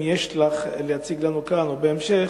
אם יש לך להציג לנו כאן או בהמשך,